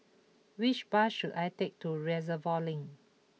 which bus should I take to Reservoir Link